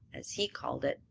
as he called it.